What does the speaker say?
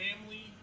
family